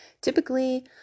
Typically